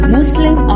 Muslim